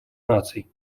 наций